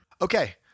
Okay